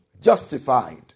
Justified